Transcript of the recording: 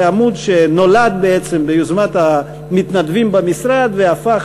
זה עמוד שנולד בעצם ביוזמת המתנדבים במשרד והפך